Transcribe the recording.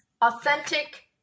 authentic